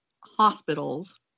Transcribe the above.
hospitals